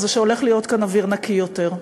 היא שהולך להיות כאן אוויר נקי יותר.